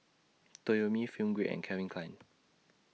Toyomi Film Grade and Calvin Klein